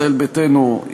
ישראל ביתנו,